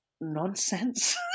nonsense